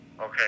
Okay